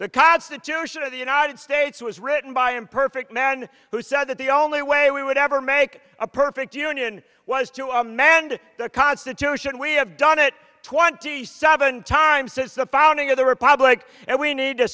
the constitution of the united states was written by imperfect man who said that the only way we would ever make a perfect union was to amend the constitution we have done it twenty seven times since the founding of the republic and we need to